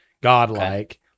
godlike